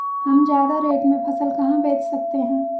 हम ज्यादा रेट में फसल कहाँ बेच सकते हैं?